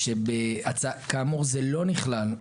כאמור זה לא נכלל,